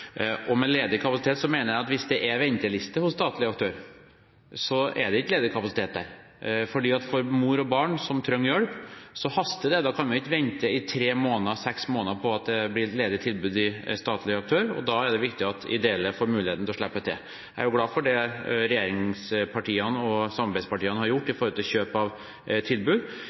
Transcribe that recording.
Med «ledig kapasitet» mener jeg at hvis det er venteliste hos statlig aktør, så er det ikke ledig kapasitet der, fordi for mor og barn som trenger hjelp, så haster det. Da kan vi ikke vente i tre måneder, eller seks måneder, på at det blir ledig tilbud hos statlig aktør, og da er det viktig at ideelle får muligheten til å slippe til. Jeg er jo glad for det som regjeringspartiene og samarbeidspartiene har gjort